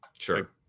Sure